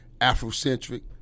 Afrocentric